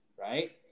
right